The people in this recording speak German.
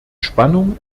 spannung